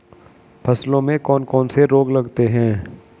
फसलों में कौन कौन से रोग लगते हैं?